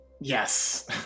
Yes